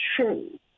true